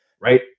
Right